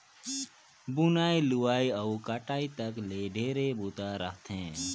बुनई, लुवई अउ कटई तक ले ढेरे बूता रहथे